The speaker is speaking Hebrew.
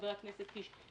חבר הכנסת קיש,